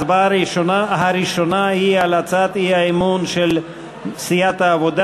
ההצבעה הראשונה היא על הצעת האי-אמון של סיעת העבודה: